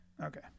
Okay